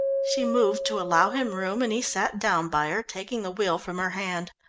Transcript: she moved to allow him room, and he sat down by her, taking the wheel from her hand.